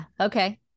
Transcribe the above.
Okay